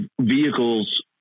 vehicles